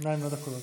נא למנות את הקולות.